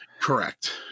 correct